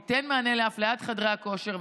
ייתן מענה לאפליית חדרי הכושר,